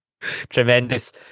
Tremendous